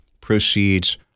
proceeds